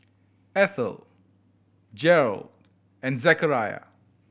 Eathel Gearld and Zechariah